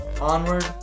onward